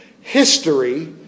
history